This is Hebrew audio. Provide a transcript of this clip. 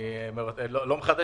חייבים להביא